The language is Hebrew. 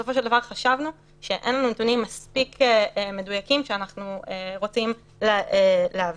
ובסופו של דבר חשבנו שאין לנו נתונים מספיק מדויקים שאנחנו רוצים להביא,